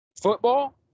Football